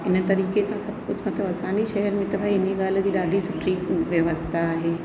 हिन तरीक़े सां सभु कुझु मतिलबु असांजे शहर में त भई हिन ॻाल्ह जी ॾाढी सुठी व्यवस्था आहे